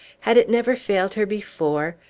had it never failed her before?